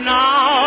now